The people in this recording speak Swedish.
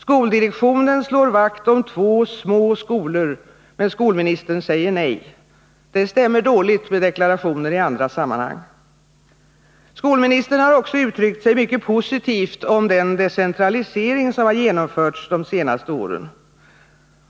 Skoldirektionen slår vakt om två små skolor, men skolministern säger nej. Det stämmer dåligt med deklarationer i andra sammanhang. Skolministern har också uttryckt sig mycket positivt om den decentralisering som har genomförts under de senaste åren.